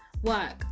Work